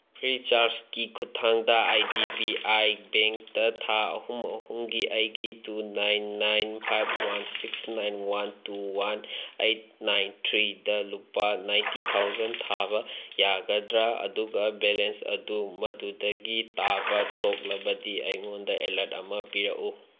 ꯔꯤꯆꯥꯔꯖꯀꯤ ꯈꯨꯊꯥꯡꯗ I D B I ꯕꯦꯡꯇ ꯊꯥ ꯑꯍꯨꯝ ꯑꯍꯨꯝꯒꯤ ꯑꯩꯒꯤ two nine nine five one six nine one two one eight nine ꯊ꯭ꯔꯤꯗ ꯂꯨꯄꯥ ꯅꯥꯏꯟꯇꯤ ꯊꯥꯎꯖꯟ ꯊꯥꯕ ꯌꯥꯒꯗ꯭ꯔꯥ ꯑꯗꯨꯒ ꯕꯦꯂꯦꯟꯁ ꯑꯗꯨ ꯃꯗꯨꯗꯒꯤ ꯇꯥꯕ ꯊꯣꯛꯂꯕꯗꯤ ꯑꯩꯉꯣꯟꯗ ꯑꯦꯂꯔꯠ ꯑꯃ ꯄꯤꯔꯛꯎ